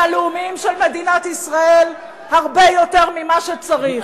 של מדינת ישראל הרבה יותר ממה שצריך.